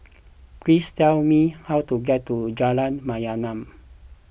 please tell me how to get to Jalan Mayaanam